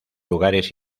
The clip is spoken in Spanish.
lugares